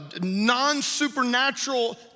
non-supernatural